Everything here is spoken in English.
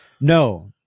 No